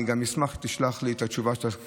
אני גם אשמח אם תשלח לי את התשובה שקיבלת,